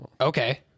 Okay